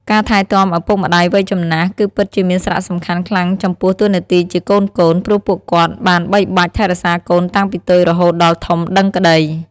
ការថែទំាឳពុកម្តាយវ័យចំណាស់គឺពិតជាមានសារៈសំខាន់ខ្លាំងចំពោះតួនាទីជាកូនៗ ព្រោះពួកគាត់បានបីបាច់ថែរក្សាកូនតាំងពីតូចរហូតដល់ធំដឹងក្តី។